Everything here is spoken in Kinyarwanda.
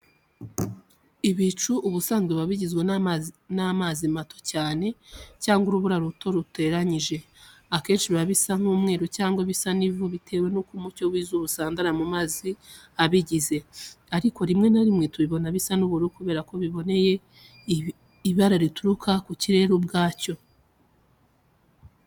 Ibicu ubusanzwe biba bigizwe n’amazi mato cyane, cyangwa urubura ruto ruteranyije. Akenshi biba bisa n’umweru cyangwa ibisa n’ivu bitewe n’uko umucyo w’izuba usandara mu mazi abigize. Ariko rimwe na rimwe tubibona bisa n’ubururu kubera ko bibonera ibara rituruka ku kirere ubwacyo.